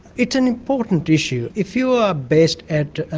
it's an important issue. if you are based at,